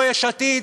לא יש עתיד,